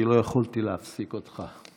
כי לא יכולתי להפסיק אותך.